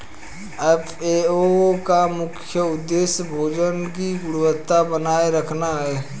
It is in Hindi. एफ.ए.ओ का मुख्य उदेश्य भोजन की गुणवत्ता बनाए रखना है